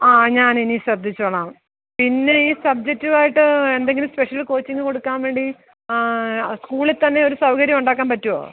ആ ഞാൻ ഇനി ശ്രദ്ധിച്ചോളാം പിന്നെ ഈ സബ്ജക്റ്റുമായിട്ട് എന്തെങ്കിലും സ്പെഷ്യൽ കോച്ചിംഗ് കൊടുക്കാൻ വേണ്ടി സ്കൂളിൽ തന്നെ ഒരു സൗകര്യം ഉണ്ടാക്കാൻ പറ്റുമോ